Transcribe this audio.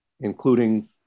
including